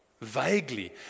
vaguely